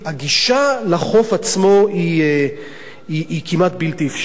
הגישה לחוף עצמו היא כמעט בלתי אפשרית.